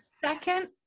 Second